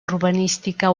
urbanística